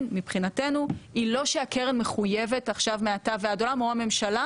מבחינתנו היא שלא שהקרן מחויבת מעתה ועד עולם או הממשלה,